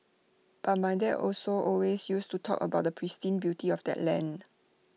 but my dad also always used to talk about the pristine beauty of that land